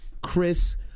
Chris